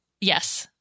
Yes